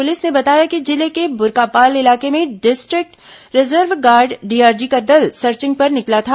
police ने बताया कि जिले के बुरकापाल इलाके में डिस्ट्रिक्ट रिजर्व गार्ड डीआरजी का दल सर्चिंग पर निकला था